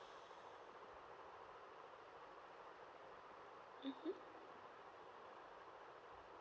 mmhmm